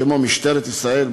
כמו משטרת ישראל,